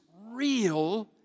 real